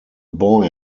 boy